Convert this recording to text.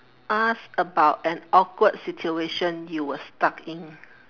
us about an awkward situation you were stuck in